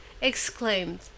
exclaimed